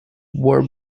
war